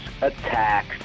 Attacks